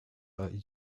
are